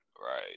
right